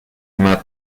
map